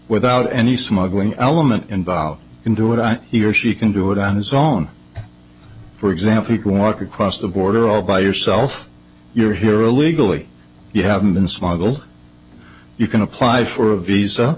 without any smuggling element involved into it i hear she can do it on his own for example walk across the border all by yourself you're here illegally you haven't been smuggled you can apply for a visa